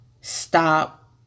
stop